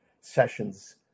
sessions